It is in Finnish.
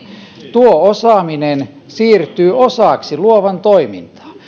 tuo osaaminen siirtyy osaksi luovan toimintaa